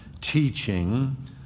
teaching